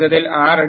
ചുരുക്കത്തിൽ ആർ